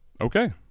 Okay